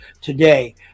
today